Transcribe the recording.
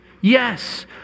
yes